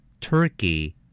turkey